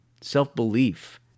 self-belief